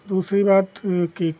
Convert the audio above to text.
दूसरी बात यह कि